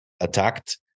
attacked